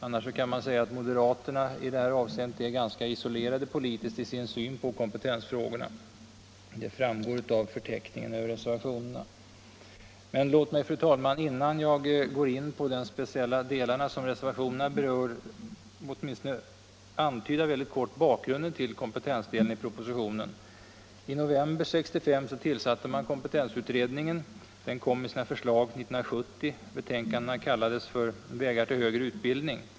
Annars kan man säga att moderaterna i det här avseendet är ganska isolerade politiskt i sin syn på kompetensfrågorna. Det framgår av förteckningen över reservationerna. Men låt mig, fru talman, innan jag går in på de speciella delar som reservationerna berör mycket kort åtminstone antyda bakgrunden till kompetensdelen i propositionen. I november 1965 tillsatte man kompetensutredningen. Den kom med sina förslag 1970. Betänkandena kallades för Vägar till högre utbildning.